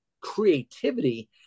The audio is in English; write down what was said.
creativity